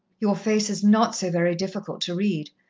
your face is not so very difficult to read,